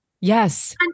Yes